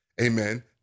Amen